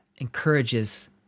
encourages